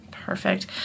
Perfect